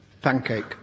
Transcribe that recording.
Pancake